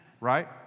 right